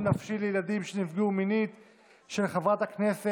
אנשים מאבדים את חייהם,